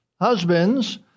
Husbands